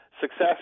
success